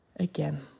Again